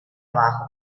abajo